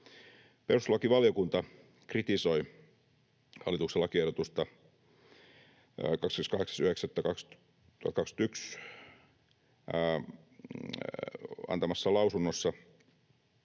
Perustuslakivaliokunta kritisoi hallituksen lakiehdotusta 28.9.2021 antamassaan lausunnossa.